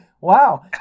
Wow